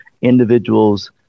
individuals